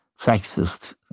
sexist